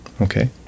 Okay